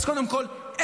אז קודם כול,